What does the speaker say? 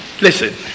Listen